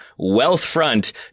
Wealthfront